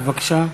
בבקשה.